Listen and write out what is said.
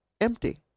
empty